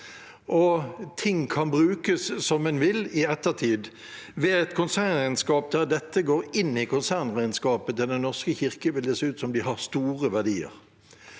ting kan brukes som en vil i ettertid. Ved et konsernregnskap der dette går inn i konsernregnskapet til Den norske kirke, vil det se ut som om de har store verdier.